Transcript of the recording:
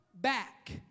back